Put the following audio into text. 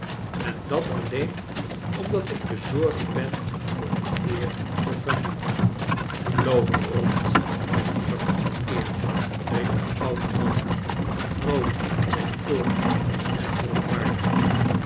en dat alleen omdat ik bezorgd ben voor de eer van de familie loop rond met die familie eer i riep de oude man groot in zijn toorn en verontwaardiging